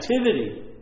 activity